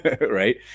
right